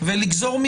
ומזה לגזור.